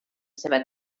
seua